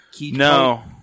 No